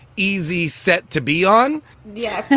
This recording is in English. easy set to be on yes.